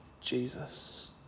Jesus